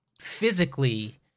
physically